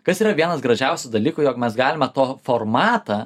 kas yra vienas gražiausių dalykų jog mes galima to formatą